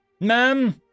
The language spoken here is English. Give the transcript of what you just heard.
Ma'am